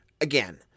again